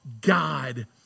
God